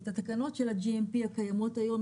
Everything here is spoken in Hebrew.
את התקנות של ה-GMP הקיימות היום,